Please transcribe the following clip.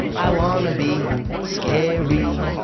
i wanna be scary.